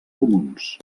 comuns